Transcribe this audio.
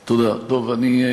אני,